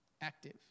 active